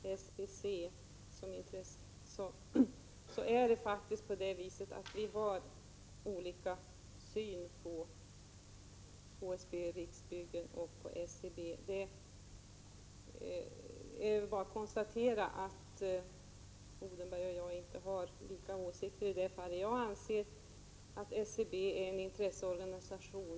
Det är bara att konstatera att vi har olika åsikter när det gäller HSB, Riksbyggen och SBC. Jag anser att SBC är en intresseorganisation.